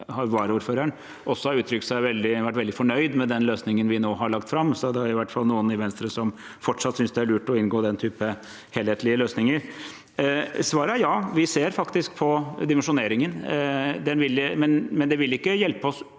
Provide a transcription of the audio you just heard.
seg veldig fornøyd med den løsningen vi nå har lagt fram, så det er i hvert fall noen i Venstre som fortsatt synes det er lurt å inngå slike helhetlige løsninger. Svaret er ja, vi ser faktisk på dimensjoneringen, men det vil ikke hjelpe oss